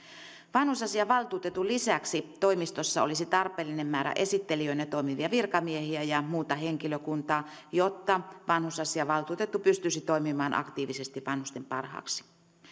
vanhusasiavaltuutetun lisäksi toimistossa olisi tarpeellinen määrä esittelijöinä toimivia virkamiehiä ja muuta henkilökuntaa jotta vanhusasiavaltuutettu pystyisi toimimaan aktiivisesti vanhusten parhaaksi